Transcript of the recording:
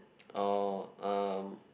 oh um